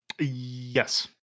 Yes